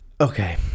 Okay